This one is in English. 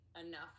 enough